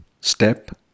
Step